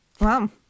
Wow